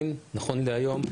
נכון להיום,